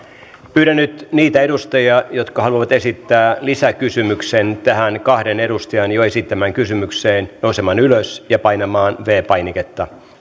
pyydän nyt niitä edustajia jotka haluavat esittää lisäkysymyksen tähän kahden edustajan jo esittämään kysymykseen nousemaan ylös ja painamaan viides painiketta